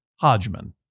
Hodgman